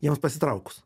jiems pasitrauks